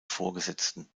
vorgesetzten